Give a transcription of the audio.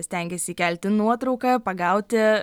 stengėsi įkelti nuotrauką pagauti